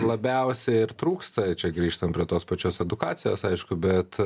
labiausiai ir trūksta čia grįžtam prie tos pačios edukacijos aišku bet